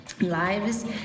lives